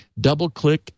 DoubleClick